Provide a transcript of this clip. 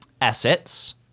assets